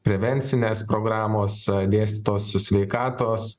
prevencinės programos dėstytos su sveikatos